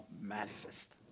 manifest